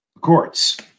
courts